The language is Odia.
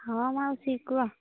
ହଁ ମାଉସୀ କୁହ